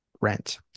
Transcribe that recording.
rent